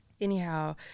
anyhow